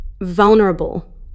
vulnerable